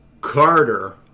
Carter